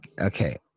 Okay